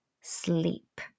sleep